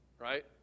Right